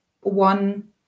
one